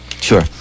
Sure